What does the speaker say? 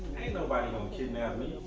ain't nobody gonna kidnap me.